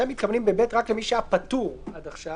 אתם ב-(ב) מתכוונים רק למי שהיה פטור עד עכשיו.